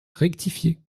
rectifié